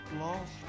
lost